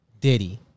Diddy